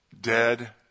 dead